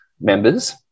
members